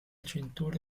cintura